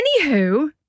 Anywho